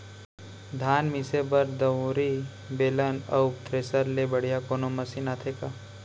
धान मिसे बर दंवरि, बेलन अऊ थ्रेसर ले बढ़िया कोनो मशीन आथे का?